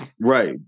right